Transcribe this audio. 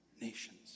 nations